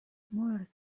smaller